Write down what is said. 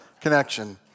connection